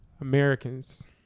Americans